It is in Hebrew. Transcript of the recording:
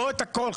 לא את הכול,